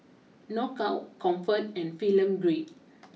Knockout Comfort and Film Grade